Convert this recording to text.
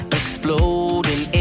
exploding